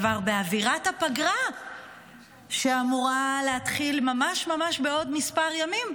כבר באווירת הפגרה שאמורה להתחיל ממש ממש בעוד כמה ימים.